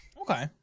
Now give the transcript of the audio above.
Okay